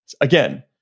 again